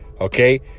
Okay